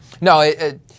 no